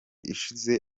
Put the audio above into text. ishize